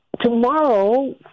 tomorrow